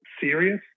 serious